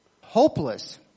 hopeless